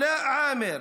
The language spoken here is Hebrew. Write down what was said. עלאא עאמר,